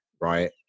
right